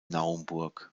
naumburg